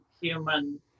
human